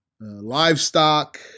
livestock